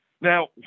now